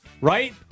Right